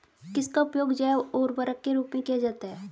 किसका उपयोग जैव उर्वरक के रूप में किया जाता है?